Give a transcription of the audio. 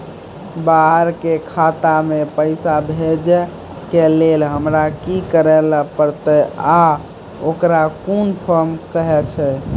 बाहर के खाता मे पैसा भेजै के लेल हमरा की करै ला परतै आ ओकरा कुन फॉर्म कहैय छै?